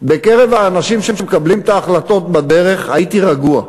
בקרב האנשים שמקבלים את ההחלטות בדרך הייתי רגוע.